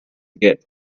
git